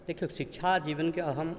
देखिऔ शिक्षा जीवनके अहम